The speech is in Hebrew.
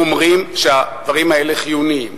אומרים שהדברים האלה חיוניים.